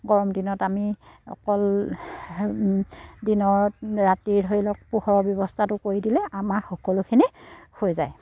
গৰম দিনত আমি অকল দিনত ৰাতি ধৰি লওক পোহৰৰ ব্যৱস্থাটো কৰি দিলে আমাৰ সকলোখিনি হৈ যায়